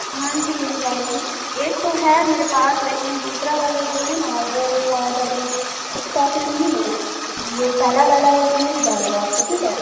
ہاں جی مل جائے گی ایک تو ہے میرے پاس لیکن دوسرا والا جو ہے نا وہ شاید ابھی اسٹاک میں نہیں ہے جو پہلا والا ہے جو وہ مل جائے گا آپ کو ٹھیک ہے